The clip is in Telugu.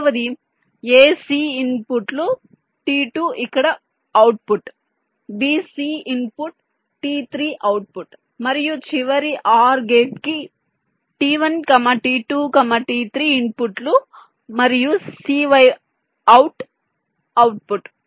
రెండవది a c ఇన్పుట్లు t2 ఇక్కడ output b c input t3 output మరియు చివరి OR గేట్ కి t1 t2 t3 ఇన్పుట్లు మరియు cy out అవుట్పుట్